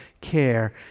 care